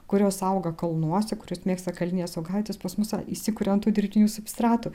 kurios auga kalnuose kurios mėgsta kalnines augavietes pas mus įsikuria ant tų dirbtinių substratų